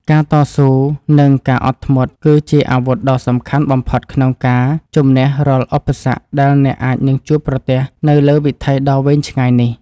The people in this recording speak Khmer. ការតស៊ូ និងការអត់ធ្មត់គឺជាអាវុធដ៏សំខាន់បំផុតក្នុងការជម្នះរាល់ឧបសគ្គដែលអ្នកអាចនឹងជួបប្រទះនៅលើវិថីដ៏វែងឆ្ងាយនេះ។